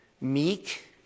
meek